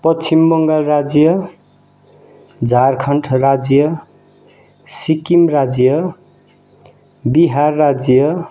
पश्चिम बङ्गाल राज्य झारखन्ड राज्य सिक्किम राज्य बिहार राज्य